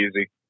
easy